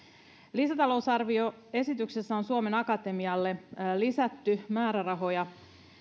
lisätalousarvioesityksessä on suomen akatemialle lisätty määrärahoja